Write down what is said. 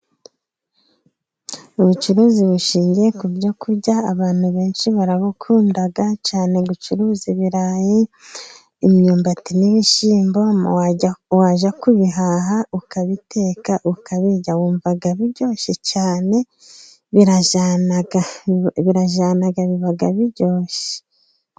Ubucuruzi bushingiye ku byo kurya abantu benshi barabukunda, cyane gucuruza ibirayi, imyumbati n'ibishyimbo, wajya kubihaha ukabiteka ukabirya, wumva biryoshye cyane, birajyana biba biryoshye.